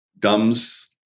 Dums